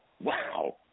wow